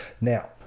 now